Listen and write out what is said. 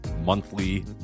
Monthly